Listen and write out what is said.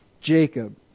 Jacob